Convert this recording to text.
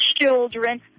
Children